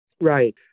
Right